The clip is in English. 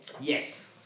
Yes